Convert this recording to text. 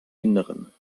inneren